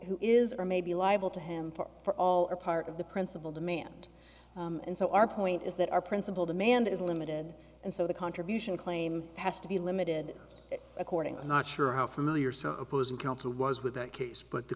who is or may be liable to him for all or part of the principle demand and so our point is that our principle demand is limited and so the contribution claim has to be limited according i'm not sure how familiar some opposing counsel was with that case but the